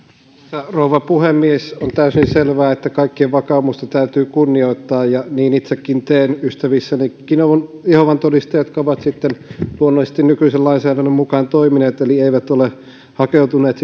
rouva puhemies on täysin selvää että kaikkien vakaumusta täytyy kunnioittaa ja niin itsekin teen ystävissänikin on jehovan todistajia jotka ovat sitten luonnollisesti nykyisen lainsäädännön mukaan toimineet eli eivät ole hakeutuneet